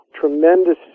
tremendous